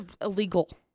illegal